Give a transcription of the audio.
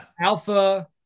alpha